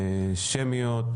שמיות,